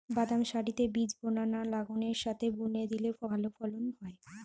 বাদাম সারিতে বীজ বোনা না লাঙ্গলের সাথে বুনে দিলে ভালো ফলন হয়?